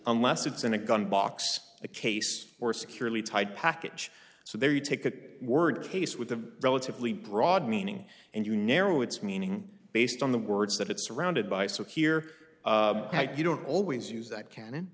unless it's in a gun box a case or securely tied package so there you take that word case with the relatively broad meaning and you narrow it's meaning based on the words that it's surrounded by so here you don't always use that cannon